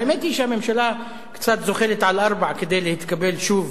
האמת היא שהממשלה קצת זוחלת על ארבע כדי להתקבל שוב